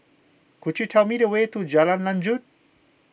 could you tell me the way to Jalan Lanjut